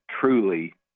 truly